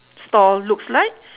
store looks like